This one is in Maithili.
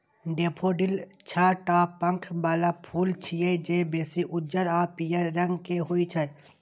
डेफोडील छह टा पंख बला फूल छियै, जे बेसी उज्जर आ पीयर रंग के होइ छै